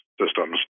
systems